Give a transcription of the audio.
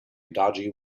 dodgy